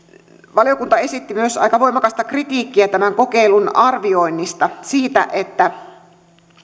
valiokunta esitti myös aika voimakasta kritiikkiä tämän kokeilun arvioinnista siitä että